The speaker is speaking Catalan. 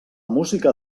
música